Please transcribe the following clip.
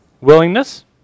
Willingness